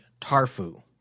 TARFU